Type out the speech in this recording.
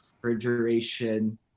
Refrigeration